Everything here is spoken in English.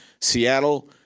Seattle